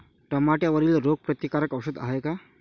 टमाट्यावरील रोग प्रतीकारक औषध हाये का?